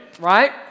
right